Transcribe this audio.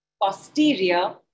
posterior